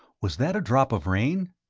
was that a drop of rain?